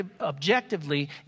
objectively